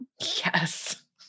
Yes